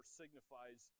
signifies